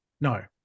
No